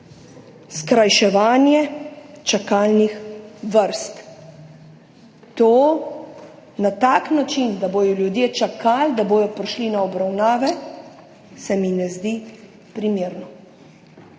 skrajševanje čakalnih vrst. Na tak način, da bodo ljudje čakali, da bodo prišli na obravnave, se mi ne zdi primerno.